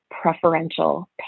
preferential